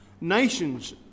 nations